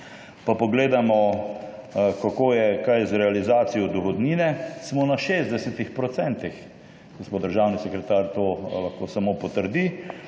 Če pogledamo, kako je kaj z realizacijo dohodnine, smo na 60 %. Gospod državni sekretar lahko to samo potrdi.